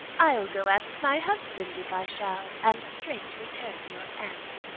i ll go ask my husband if i shall, and straight return your answer.